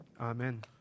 Amen